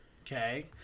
okay